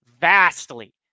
vastly